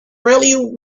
really